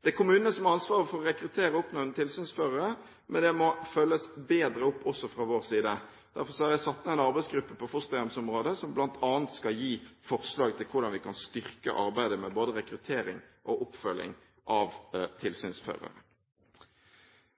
Det er kommunene som har ansvar for å rekruttere og oppnevne tilsynsførere. Men dette må følges bedre opp også fra vår side. Derfor har jeg satt ned en arbeidsgruppe på fosterhjemsområdet som bl.a. skal komme med forslag til hvordan vi kan styrke arbeidet både med rekruttering og med oppfølging av tilsynsførere.